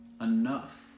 Enough